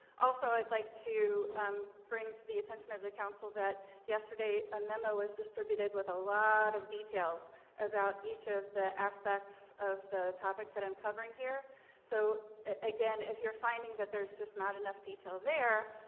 also, i'd like to um bring to the attention of the council that yesterday a memo was distributed with a lot of details about each of the aspects of the topics that i'm covering here so again, if you're finding that there's just not enough detail there.